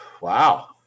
Wow